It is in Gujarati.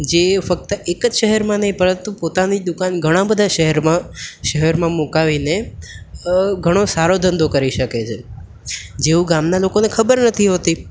જે ફક્ત એક જ શહેરમાં નહીં પરંતુ પોતાની દુકાન ઘણાં બધાં શહેરમાં શહેરમાં મૂકાવીને ઘણો સારો ધંધો કરી શકે છે જેવું ગામનાં લોકોને ખબર નથી હોતી